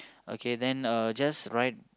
okay then uh just right